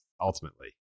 ultimately